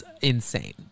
insane